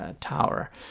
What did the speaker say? tower